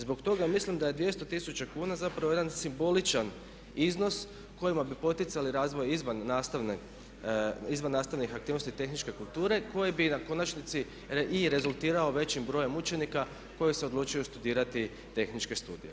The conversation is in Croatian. Zbog toga mislim da je 200 tisuća kuna zapravo jedan simboličan iznos kojima bi poticali razvoj izvan nastavnih aktivnosti, tehničke kulture koji bi u konačnici i rezultirao većim brojem učenika koji se odlučuju studirati tehničke studije.